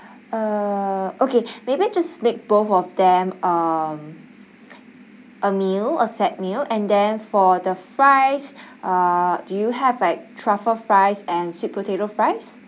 uh okay maybe just make both of them um a meal a set meal and then for the fries uh do you have like truffle fries and sweet potato fries